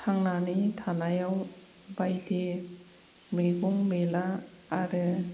थांनानै थानायाव बायदि मैगं मैला आरो